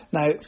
Now